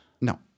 No